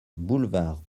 boulevard